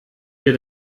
wir